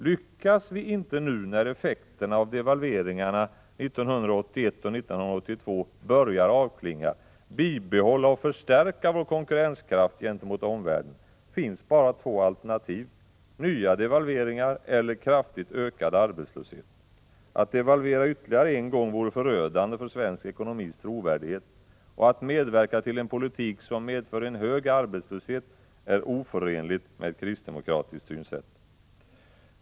Lyckas vi inte nu, när effekterna av devalveringarna 1981 och 1982 börjar avklinga, bibehålla och förstärka vår konkurrenskraft gentemot omvärlden, finns bara två alternativ — nya devalveringar eller kraftigt ökad arbetslöshet. Att devalvera ytterligare en gång vore förödande för svensk ekonomis trovärdighet, och att medverka till en politik som medför en hög arbetslöshet är oförenligt med ett kristdemokratiskt synsätt.